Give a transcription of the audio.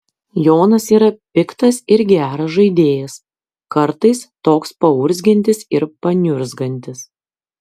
jonas yra piktas ir geras žaidėjas kartais toks paurzgiantis ir paniurzgantis